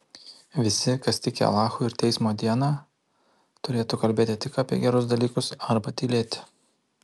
visi kas tiki alachu ir teismo diena turėtų kalbėti tik apie gerus dalykus arba tylėti